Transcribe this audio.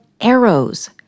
arrows